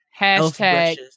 hashtag